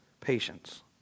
patience